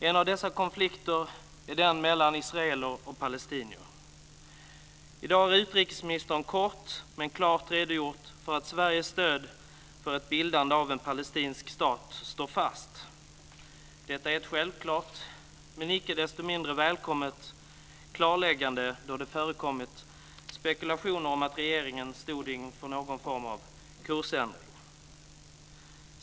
En av dessa konflikter är den mellan israeler och palestinier. I dag har utrikesministern kort men klart redogjort för att Sveriges stöd för ett bildande av en palestinsk stat står fast. Detta är ett självklart men icke desto mindre välkommet klarläggande då det förekommit spekulationer om att regeringen stod inför någon form av kursändring.